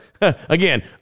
Again